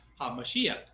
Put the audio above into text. hamashiach